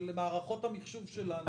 של מערכות המחשוב שלנו,